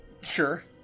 Sure